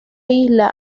isla